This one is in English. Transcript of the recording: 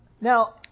Now